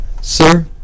Sir